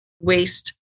waste